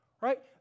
Right